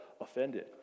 offended